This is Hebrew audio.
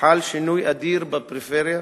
חל שינוי אדיר בפריפריה,